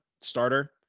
starter